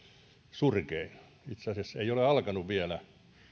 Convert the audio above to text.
surkein itse asiassa vielä ei ole alkanut